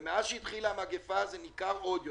וכשהתחילה המגיפה זה ניכר עוד יותר,